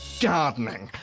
gardening!